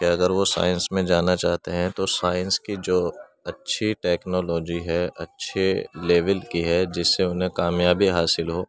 کہ اگر وہ سائنس میں جانا چاہتے ہیں تو سائنس کی جو اچھی ٹیکنالوجی ہے اچھے لیول کی ہے جس سے انہیں کامیابی حاصل ہو